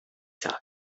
sale